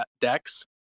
decks